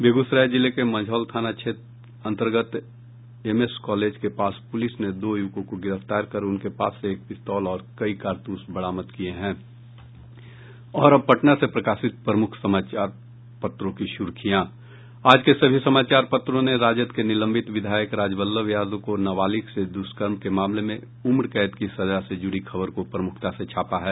बेगूसराय जिले के मंझौल थाना क्षेत्र अन्तर्गत एमएस कॉलेज के पास पुलिस ने दो युवकों को गिरफ्तार कर उसके पास से एक पिस्तौल और कई कारतूस बरामद किये हैं और अब पटना से प्रकाशित प्रमुख समाचार पत्रों की सुर्खियां आज के सभी समाचार पत्रों ने राजद के निलंबित विधायक राजबल्लभ यादव को नाबालिग से दुष्कर्म के मामले में उम्रकैद की सजा से जुड़ी खबर को प्रमुखता से छापा है